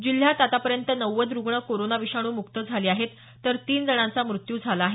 जिल्ह्यात आतापर्यंत नव्वद रुग्ण कोरोना विषाणू मुक्त झाले आहेत तर तीन जणांचा मृत्यू झाला आहे